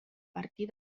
partir